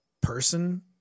person